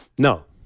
now,